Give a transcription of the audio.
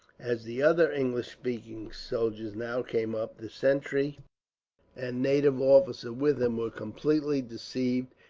as the other english-speaking soldiers now came up, the sentry and native officer with him were completely deceived,